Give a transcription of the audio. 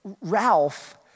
Ralph